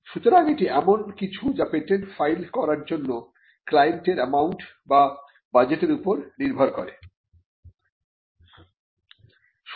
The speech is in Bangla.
সুতরাং এটি এমন কিছু যা পেটেন্ট ফাইল করার জন্য ক্লায়েন্টের অ্যামাউন্ট বা বাজেটের উপর নির্ভর করবে